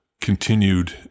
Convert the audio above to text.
continued